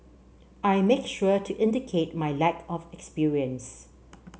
I make sure to indicate my lack of experience